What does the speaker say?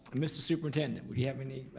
mr. superintendent, do you have any